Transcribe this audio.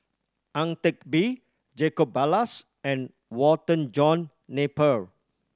Ang Teck Bee Jacob Ballas and Walter John Napier